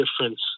difference